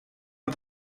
and